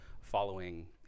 following